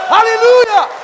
Hallelujah